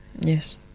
Yes